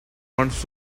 wants